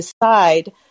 decide